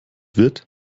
wird